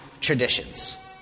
traditions